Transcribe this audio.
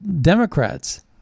Democrats